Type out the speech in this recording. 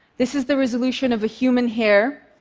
this is the resolution of a human hair.